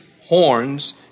horns